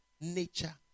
nature